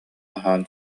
аһаан